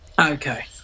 Okay